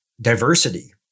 diversity